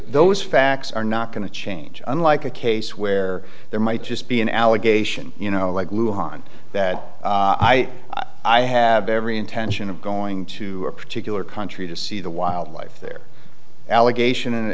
those facts are not going to change unlike a case where there might just be an allegation you know like lu han that i have every intention of going to a particular country to see the wildlife there allegation and